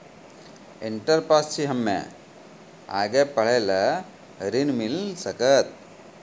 Inter pass छी हम्मे आगे पढ़े ला ऋण मिल सकत?